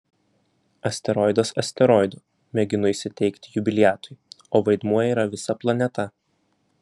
asteroidas asteroidu mėginu įsiteikti jubiliatui o vaidmuo yra visa planeta